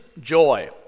joy